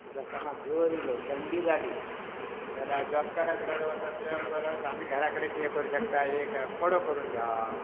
आतां समाज जोर येयलो थंडी जाली जाल्यार डॉक्टरा कडेन वताचे परस आमी घरा कडेन किदें करूं शकता एक कडो करून घेवप